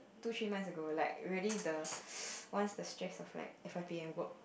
two three months ago like really the once the stress of like f_y_p and work